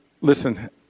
listen